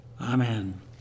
Amen